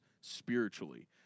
spiritually